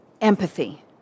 Empathy